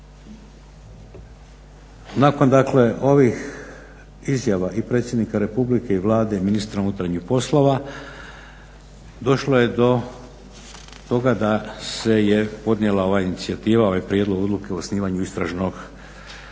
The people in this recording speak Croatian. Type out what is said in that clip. dakle ovih izjava i predsjednika Republike i Vlade i ministra unutarnjih poslova došlo je do toga da se je ponijela ova inicijativa ovaj prijedlog odluke o osnivanje istražnog spomenutoga